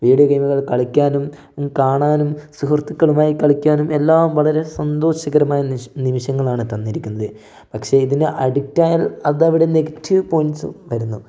video ഗെയിമുകൾ കളിക്കാനും കാണാനും സുഹൃത്തുക്കളുമായി കളിക്കാനും എല്ലാം വളരെ സന്തോഷകരമായ നിമിഷങ്ങളാണ് തന്നിരിക്കുന്നത് പക്ഷേ ഇതിന് ആഡിക്ടായാൽ അത് അവിടെ നെഗറ്റീവ് പോയിൻറ്റ്സ് വരുന്നു